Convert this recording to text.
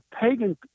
pagan